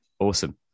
awesome